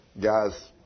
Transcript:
guy's